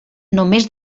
només